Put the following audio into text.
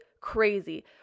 crazy